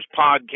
Podcast